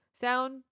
sound